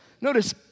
Notice